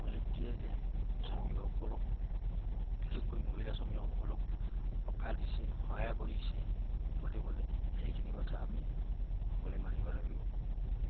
প্ৰযুক্তিয়ে যে শ্ৰমিকসকলক বিশেষকৈ মহিলা শ্ৰমিকসকলক সকাহ দিছে সহায় কৰিছে পদে পদে এইেখিনি কথা আমি সকলোৱে মানিব লাগিব